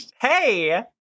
Hey